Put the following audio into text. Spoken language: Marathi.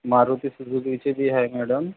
मारुती सुझूकीची बी आहे मॅडम